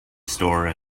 store